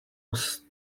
was